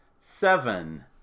Seven